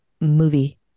movie